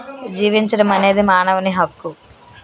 జీవించడం అనేది మానవుని హక్కు